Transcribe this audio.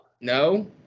No